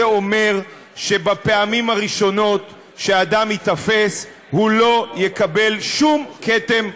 אומר שבפעמים הראשונות שהאדם ייתפס הוא לא יקבל שום כתם פלילי.